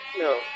No